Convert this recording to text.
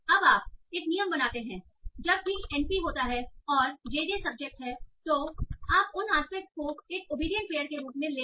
अब आप एक नियम बनाते हैं जब भी एन पी होता है और जेजे सब्जेक्ट है तो आप उन एस्पेक्टस को एक ओबेडिएंट पेयर के रूप में लें